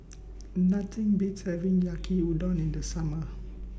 Nothing Beats having Yaki Udon in The Summer